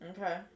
Okay